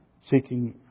seeking